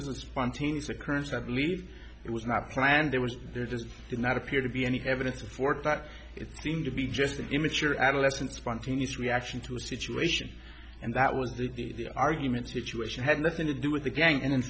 was a spontaneous occurrence that believe it was not planned there was there does not appear to be any evidence for it but it seemed to be just an immature adolescent spontaneous reaction to a situation and that was the argument situation had nothing to do with the gang and in